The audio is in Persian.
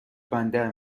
بندر